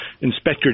Inspector